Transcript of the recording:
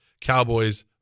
Cowboys